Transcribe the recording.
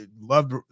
loved